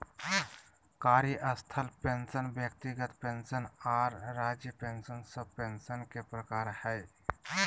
कार्यस्थल पेंशन व्यक्तिगत पेंशन आर राज्य पेंशन सब पेंशन के प्रकार हय